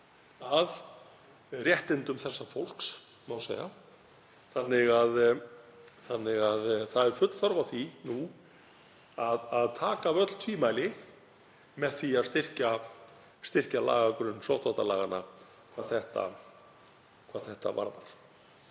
að réttindum þessa fólks, má segja, þannig að full þörf er á því nú að taka af öll tvímæli með því að styrkja lagagrunn sóttvarnalaga hvað þetta varðar.